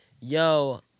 yo